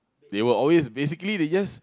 they will always basically they just